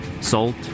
salt